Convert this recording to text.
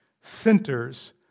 centers